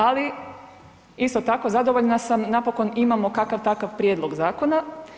Ali, isto tako, zadovoljna sam, napokon imamo kakav takav prijedlog zakona.